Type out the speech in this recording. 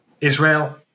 Israel